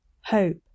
Hope